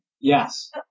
Yes